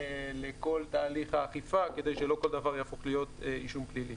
לכל תהליך האכיפה כדי שלא כל דבר יהפוך להיות אישום פלילי.